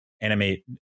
animate